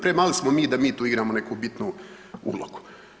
Premali smo mi da mi tu igramo neku bitnu ulogu.